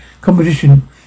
competition